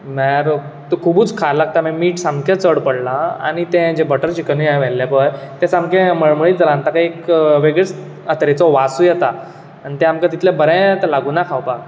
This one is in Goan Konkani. म्हळ्यार तो खुबूच खार लागता म्हणजे मीठ सामकें चड पडलां आनी तें जे बटर चिकनूय हांवेन व्हेल्ले पय तें सामकें मळमळीत जालां ताका एक वेगळेंच तरेचो वासूय येता आनी तें आमकां तितकें बरें आतां लागूना खावपाक